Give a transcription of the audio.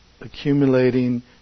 accumulating